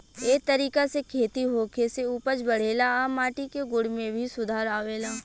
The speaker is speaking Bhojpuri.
ए तरीका से खेती होखे से उपज बढ़ेला आ माटी के गुण में भी सुधार आवेला